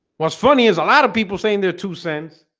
what's funny is a lot of people saying their two cents